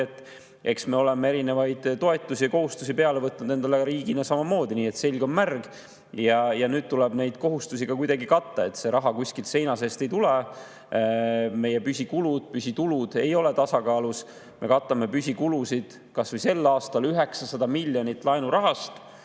eks me oleme erinevaid toetusi ja kohustusi riigina kanda võtnud samamoodi, nii et selg on märg, ja nüüd tuleb neid kohustusi ka kuidagi katta. See raha kuskilt seina seest ei tule. Meie püsikulud ja püsitulud ei ole tasakaalus. Me katame püsikulusid kas või sel aastal 900 miljoniga laenurahast